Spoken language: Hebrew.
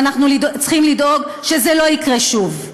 ואנחנו צריכים לדאוג שזה לא יקרה שוב.